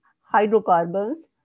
hydrocarbons